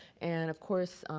and, of course,